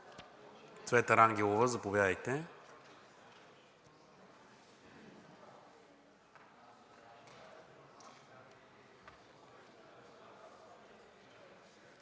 Цвета Рангелова, заповядайте.